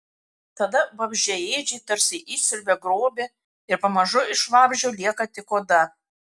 tada vabzdžiaėdžiai tarsi išsiurbia grobį ir pamažu iš vabzdžio lieka tik oda